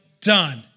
done